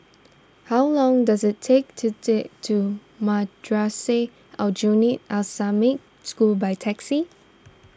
how long does it take to to Madrasah Aljunied Al Islamic School by taxi